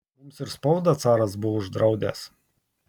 mums ir spaudą caras buvo uždraudęs